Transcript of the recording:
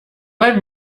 beim